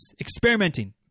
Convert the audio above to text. experimenting